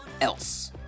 else